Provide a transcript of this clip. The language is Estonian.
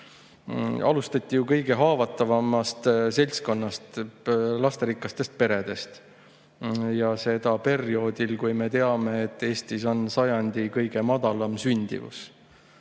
Alustati ju kõige haavatavamast seltskonnast, lasterikastest peredest. Ja seda perioodil, kui me teame, et Eestis on sajandi kõige madalam sündimus.